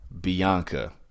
Bianca